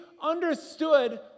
understood